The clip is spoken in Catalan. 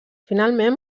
finalment